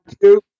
two